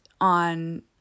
on